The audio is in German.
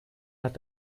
hat